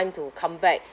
to come back